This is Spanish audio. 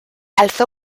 alzó